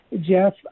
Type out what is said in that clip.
Jeff